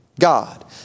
God